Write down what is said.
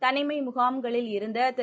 தனிமை முகாம்களில் இருந்த திரு